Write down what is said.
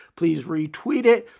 please retweet it.